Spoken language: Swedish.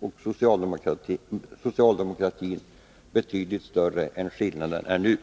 och socialdemokratin betydligt större än den nu är.